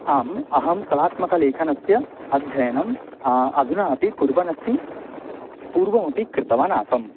आम् अहं कलात्मक लेखनस्य अध्ययनम् अधुना अपि कुर्वन् अस्मि पूर्वमपि कृतवान् आसम्